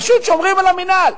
פשוט שומרים על המינהל.